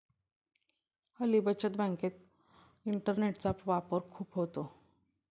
हल्ली बचत बँकेत इंटरनेटचा वापर खूप होतो